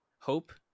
hope